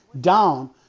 down